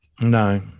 no